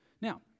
Now